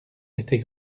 était